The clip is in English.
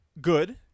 good